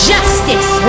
Justice